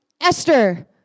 Esther